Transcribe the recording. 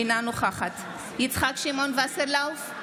אינה נוכחת יצחק שמעון וסרלאוף,